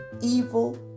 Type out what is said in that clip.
evil